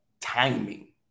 timing